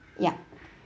ya